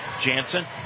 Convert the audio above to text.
Jansen